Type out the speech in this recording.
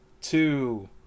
two